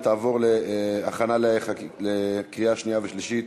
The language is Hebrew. ותעבור להכנה לקריאה שנייה ושלישית